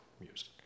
music